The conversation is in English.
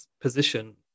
position